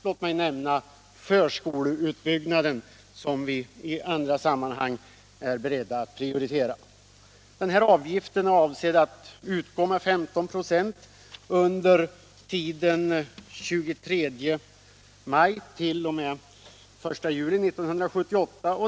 Låt mig nämna förskoleutbyggnaden, som vi i andra sammanhang är beredda att prioritera. Den här avgiften skall, enligt förslaget, utgå med 15 96 för byggen startade under tiden från den 23 maj t.o.m. den 30 juni 1978.